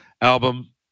album